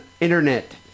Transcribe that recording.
internet